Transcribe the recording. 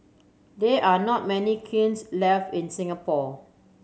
there are not many kilns life in Singapore